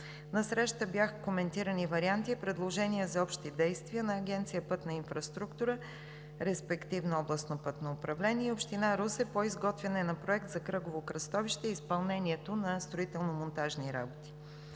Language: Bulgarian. На срещата бяха коментирани варианти и предложения за общи действия на Агенция „Пътна инфраструктура“, респективно Областно пътно управление, и Община Русе по изготвянето на проект за кръгово кръстовище и изпълнението на строително-монтажни работи.